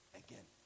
again